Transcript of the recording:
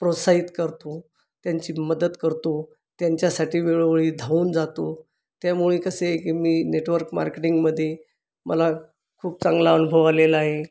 प्रोत्साहित करतो त्यांची मदत करतो त्यांच्यासाठी वेळोवेळी धावून जातो त्यामुळे कसं आहे की मी नेटवर्क मार्केटिंगमध्ये मला खूप चांगला अनुभव आलेला आहे